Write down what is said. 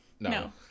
No